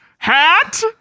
Hat